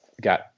got